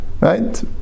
Right